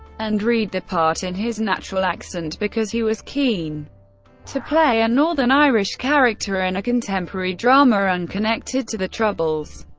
and read the part in his natural accent, because he was keen to play a northern irish character in a contemporary drama unconnected to the troubles.